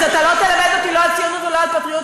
אז אתה לא תלמד אותי לא על ציונות ולא פטריוטיות,